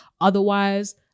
Otherwise